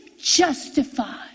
justified